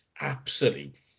absolute